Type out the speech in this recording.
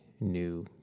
new